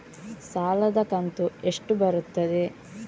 ಸಾಲದ ಕಂತು ಎಷ್ಟು ಬರುತ್ತದೆ?